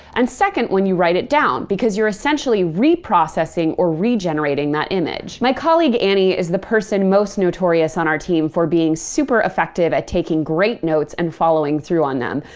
and second when you write it down because you're essentially reprocessing or regenerating that image. my colleague annie is the person most notorious on our team for being super effective at taking great notes and following through on them.